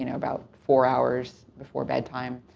you know about four hours before bedtime.